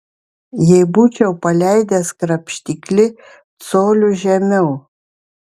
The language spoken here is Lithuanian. jei būčiau paleidęs krapštiklį coliu žemiau